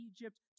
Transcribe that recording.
Egypt